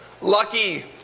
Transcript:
lucky